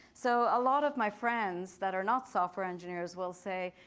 so a lot of my friends that are not software engineers will say,